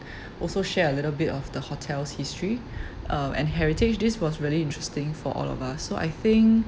also share a little bit of the hotel's history uh and heritage this was really interesting for all of us so I think